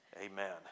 Amen